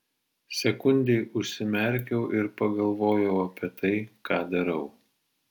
sekundei užsimerkiau ir pagalvojau apie tai ką darau